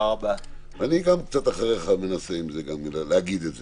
גם אני קצת אחריך מנסה להגיד את זה.